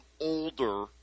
older